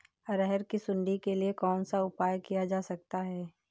अरहर की सुंडी के लिए कौन सा उपाय किया जा सकता है?